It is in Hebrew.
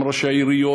עם ראשי העיריות,